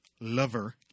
lover